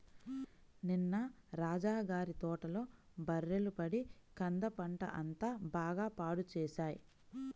నిన్న రాజా గారి తోటలో బర్రెలు పడి కంద పంట అంతా బాగా పాడు చేశాయి